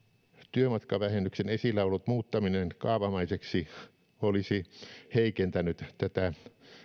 työmatkavähennyksen esillä ollut muuttaminen kaavamaiseksi olisi heikentänyt tätä